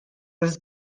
his